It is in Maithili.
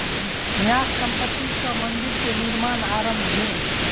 न्यास संपत्ति सॅ मंदिर के निर्माण आरम्भ भेल